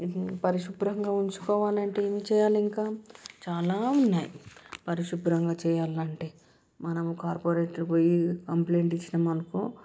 పరిశుభ్రంగా ఉంచుకోవాలంటే ఏం చేయాలి ఇంకా చాలా ఉన్నాయి పరిశుభ్రంగా చేయాలంటే మనం కార్పొరేటర్ పోయి కంప్లైంట్ ఇచ్చినాం అనుకో